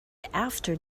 after